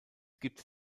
gibt